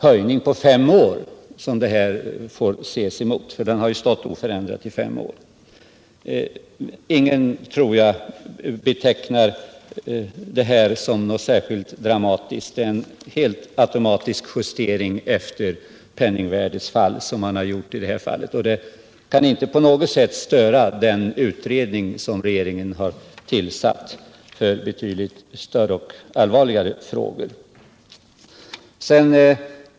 Höjningen gäller alltså fem år, då ingen förändring skett tidigare. Jag tror att ingen anser detta särskilt dramatiskt. Det är en helt automatisk justering efter penningvärdets fall som man har gjort, och den kan inte på något sätt störa den utredning som regeringen tillsatt för betydligt större och allvarligare frågor.